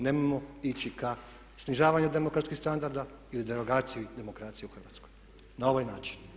Nemojmo ići ka snižavanju demokratskih standarda ili derogaciju demokracije u Hrvatskoj na ovaj način.